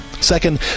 Second